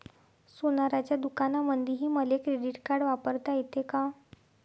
सोनाराच्या दुकानामंधीही मले क्रेडिट कार्ड वापरता येते का?